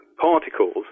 particles